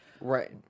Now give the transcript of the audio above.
Right